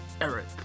Eric